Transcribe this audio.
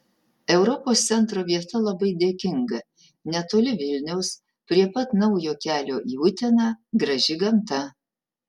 europos centro vieta labai dėkinga netoli vilniaus prie pat naujo kelio į uteną graži gamta